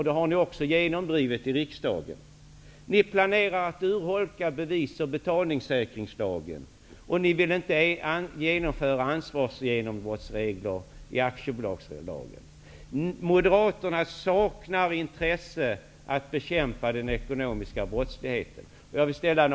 Det har ni också genomdrivit i riksdagen. Ni planerar att urholka bevissäkrings och betalningssäkringslagen. Ni vill inte genomföra ansvarsgenombrottsregler i aktiebolagslagen. Moderaterna saknar intresse att bekämpa den ekonomiska brottsligheten.